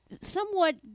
Somewhat